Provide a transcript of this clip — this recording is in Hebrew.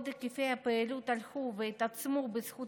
בעוד שהיקפי הפעילות הלכו והתעצמו בזכות